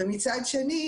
ומצד שני,